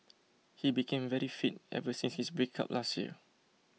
he became very fit ever since his breakup last year